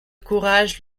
courage